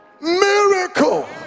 miracle